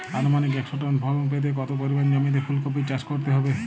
আনুমানিক একশো টন ফলন পেতে কত পরিমাণ জমিতে ফুলকপির চাষ করতে হবে?